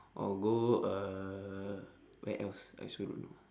or go uh where else I also don't know